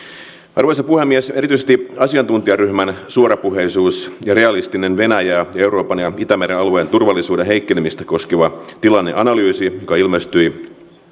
arvoisa puhemies erityisesti asiantuntijaryhmän suorapuheisuus ja realistinen venäjää sekä euroopan ja itämeren alueen turvallisuuden heikkenemistä koskeva tilanneanalyysi joka ilmestyi